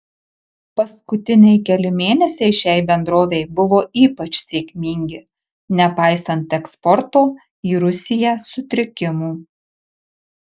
paskutiniai keli mėnesiai šiai bendrovei buvo ypač sėkmingi nepaisant eksporto į rusiją sutrikimų